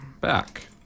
back